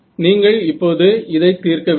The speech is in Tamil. நீங்கள் இப்போது இதை தீர்க்க வேண்டும்